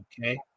Okay